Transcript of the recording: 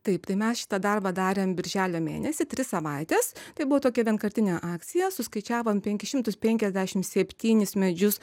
taip tai mes šitą darbą darėm birželio mėnesį tris savaites tai buvo tokia vienkartinė akcija suskaičiavom penkis šimtus penkiasdešim septynis medžius